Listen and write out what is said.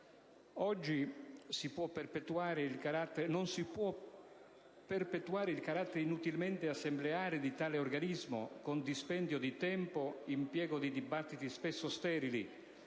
Oggi non si può perpetuare il carattere inutilmente assembleare di tale organismo, che comporta un dispendio di tempo impiegato in dibattiti spesso sterili